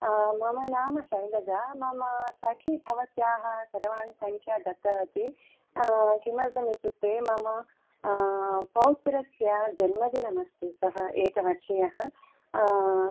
मम नाम शैलजा मम सखी भवत्याः चरवाणीसंख्या दत्तवती किमर्थं इत्युक्ते मम पौत्रस्य जन्मदिनम् अस्ति सः एक वर्षीयः